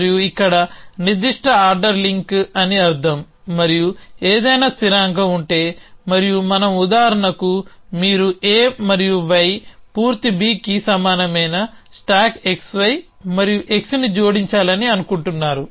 మరియు ఇక్కడ నిర్దిష్ట ఆర్డరింగ్ లింక్ అని అర్థం మరియు ఏదైనా స్థిరాంకం ఉంటే మరియు మనం ఉదాహరణకు మీరు A మరియు Y పూర్తి B కి సమానమైన స్టాక్ xy మరియు xని జోడించాలని అనుకుంటున్నారు